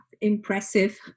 impressive